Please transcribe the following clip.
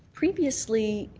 previously,